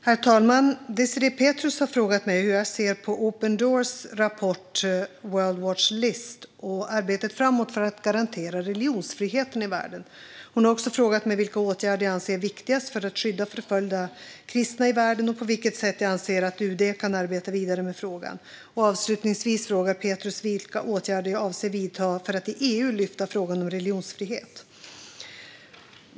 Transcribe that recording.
Herr talman! Désirée Pethrus har frågat mig hur jag ser på Open Doors rapport World Watch List och arbetet framåt för att garantera religionsfriheten i världen. Hon har också frågat mig vilka åtgärder jag anser är viktigast för att skydda förföljda kristna i världen och på vilket sätt jag anser att UD kan arbeta vidare med frågan. Avslutningsvis frågar Pethrus vilka åtgärder jag avser att vidta för att i EU lyfta frågan om religionsfrihet.